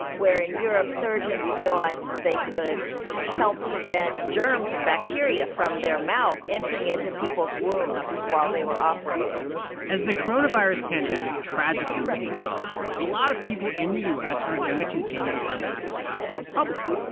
where, in europe, surgeons realized that they could help prevent germs and bacteria from their mouth entering into people's wounds while they were operating as the coronavirus pandemic tragically lingers on, a lot of people in the u s. are going to continue to wear masks out in public.